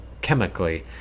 chemically